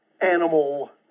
animal